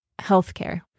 healthcare